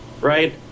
Right